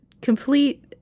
complete